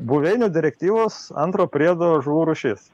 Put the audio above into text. buveinių direktyvos antro priedo žuvų rūšis